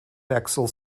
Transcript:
bexhill